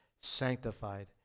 sanctified